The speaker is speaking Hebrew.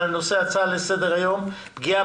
על סדר היום הצעת לסדר היום בנושא: "פגיעה